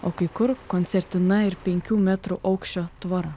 o kai kur koncertina ir penkių metrų aukščio tvora